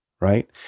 right